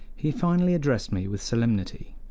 he finally addressed me with solemnity.